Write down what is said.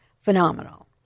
phenomenal